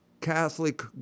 Catholic